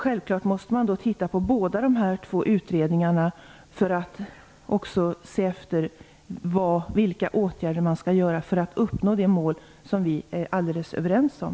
Självfallet måste man titta på båda dessa två utredningar för att se efter vilka åtgärder man skall vidta för att uppnå det mål som vi är alldeles överens om.